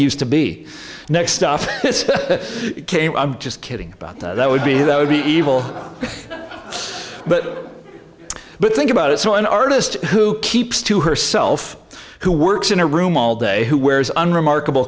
used to be next stuff i'm just kidding about that would be that would be evil but but think about it so an artist who keeps to herself who works in a room all day who wears unremarkable